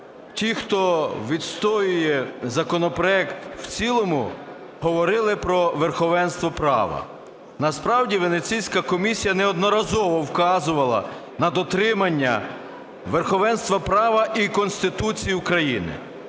ті, хто відстоює законопроект в цілому, говорили про верховенство права. Насправді Венеційська комісія неодноразово вказувала на дотримання верховенства права і Конституції України.